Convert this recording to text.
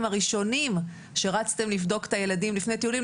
הראשונים שרצתם לבדוק את הילדים לפני טיולים,